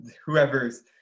whoever's